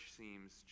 seems